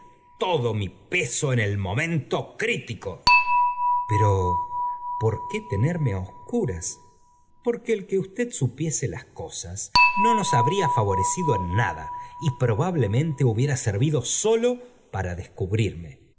todo mi peso en el momento crítico pero por qué tenerme á obscuras porqué el que usted supiese las cosas no nos habría favorecido en nada y probablemente hu biera servido sólo para descubrirme